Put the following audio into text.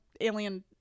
alien